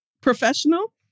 professional